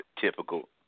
Typical